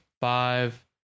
five